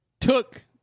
took